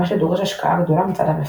מה שדורש השקעה גדולה מצד המפתחים.